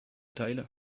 teile